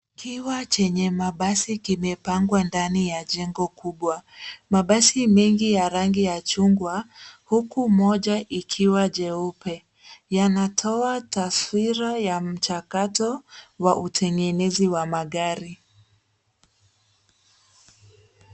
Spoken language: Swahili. Kiwanda chenye mabasi kimepangwa ndani ya jengo kubwa. Mabasi mengi ya rangi ya chungwa huku moja ikiwa jeupe, yanatoa taswira ya mchakato wa utengenezaji wa magari.